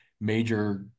major